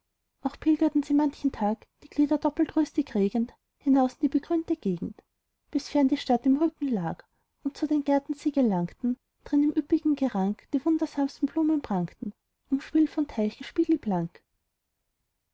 auch pilgerten sie manchen tag die glieder doppelt rüstig regend hinaus in die begrünte gegend bis fern die stadt im rücken lag und zu den gärten sie gelangten drin unter üppigem gerank die wundersamsten blumen prangten umspült von